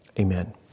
Amen